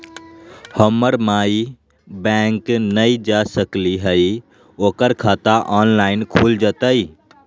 हमर माई बैंक नई आ सकली हई, ओकर खाता ऑनलाइन खुल जयतई?